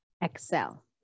Excel